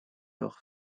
leur